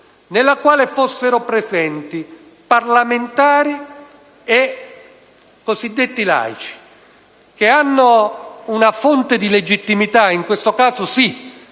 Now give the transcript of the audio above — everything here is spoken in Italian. in cui fossero presenti parlamentari e cosiddetti laici, i quali hanno una fonte di legittimità - in questo caso, sì,